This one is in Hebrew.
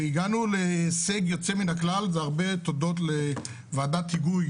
הגענו להישג יוצא מן הכלל והרבה תודות לוועדת היגוי